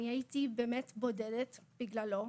אני הייתי באמת בודדה מאוד בגללו,